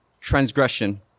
transgression